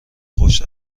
خوش